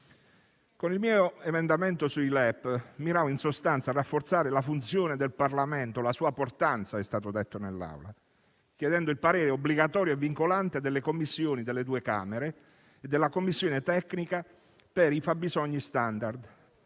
Il mio emendamento sui LEP mirava in sostanza a rafforzare la funzione del Parlamento (la sua "portanza", è stato detto in Aula), chiedendo il parere obbligatorio e vincolante delle Commissioni delle due Camere e della Commissione tecnica per i fabbisogni *standard*,